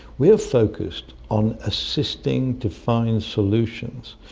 we're focussed on assisting to find solutions,